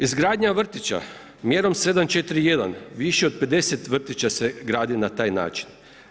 Izgradnja vrtića, mjerom 7.4.1. više od 50 vrtića se gradi na taj način.